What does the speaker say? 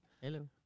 Hello